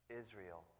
Israel